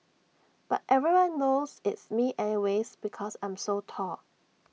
but everyone knows it's me anyways because I'm so tall